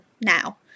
now